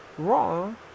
wrong